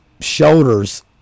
shoulders